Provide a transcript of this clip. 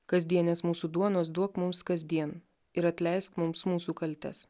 kasdienės mūsų duonos duok mums kasdien ir atleisk mums mūsų kaltes